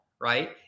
right